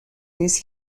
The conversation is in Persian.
نیست